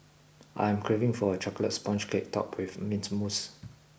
I am craving for a chocolate sponge cake topped with mint mousse